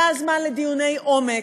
היה זמן לדיוני עומק,